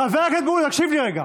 --- חבר הכנסת מולא, תקשיב לי רגע.